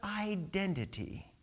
identity